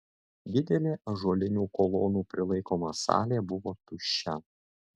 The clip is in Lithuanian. didelė ąžuolinių kolonų prilaikoma salė buvo tuščia